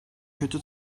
kötü